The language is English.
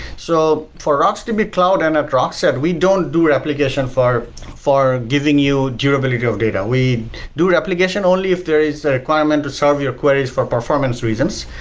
so for rocksdb cloud and at rockset, we don't do replication for for giving you durability of data. we do replication only if there is a requirement to serve your queries for performance reasons.